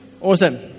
Awesome